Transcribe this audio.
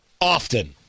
often